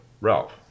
Ralph